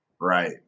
Right